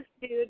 dude